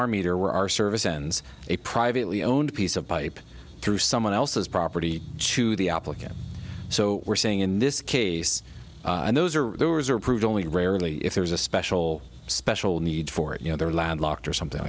our meter or our service ends a privately owned piece of pipe through someone else's property to the applicant so we're saying in this case and those are there was approved only rarely if there is a special special need for it you know their land locked or something